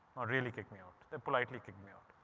really kicked me out, they politely kicked me out.